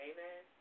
Amen